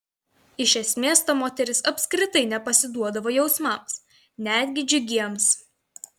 iš esmės ta moteris apskritai nepasiduodavo jausmams netgi džiugiems